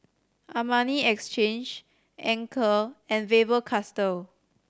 Armani Exchange Anchor and Faber Castell